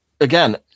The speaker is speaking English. again